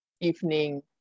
evening